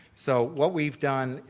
so what we've done,